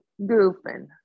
goofing